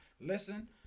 Listen